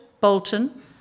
Bolton